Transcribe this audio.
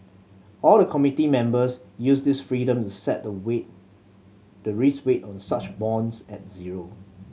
all the committee members use this freedom to set the weight the risk weight on such bonds at zero